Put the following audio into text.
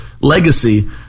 legacy